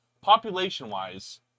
population-wise